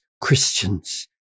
Christians